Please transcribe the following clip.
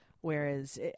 Whereas